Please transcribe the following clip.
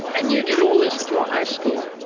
and you did all this at your high school?